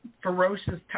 ferocious